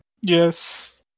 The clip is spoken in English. Yes